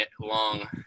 long